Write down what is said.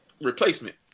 replacement